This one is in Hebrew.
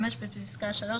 25. בפסקה (3)